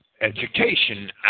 education